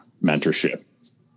mentorship